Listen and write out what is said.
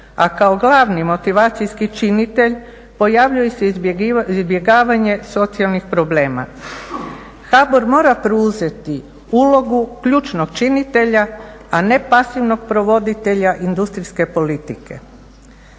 A kao glavni motivacijski činitelj pojavljuje se izbjegavanje socijalnih problema. HBOR mora preuzeti ulogu ključnog činitelja, a ne pasivnog provoditelja industrijske politike.